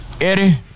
Eddie